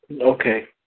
Okay